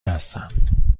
هستم